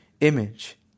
image